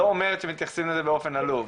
לא אומרת שמתייחסים לזה באופן עלוב,